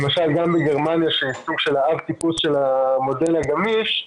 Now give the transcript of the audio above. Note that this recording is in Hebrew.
למשל, גם בגרמניה, שהיא האבטיפוס של המודל הגמיש,